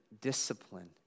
discipline